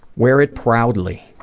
wear it proudly.